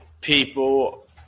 people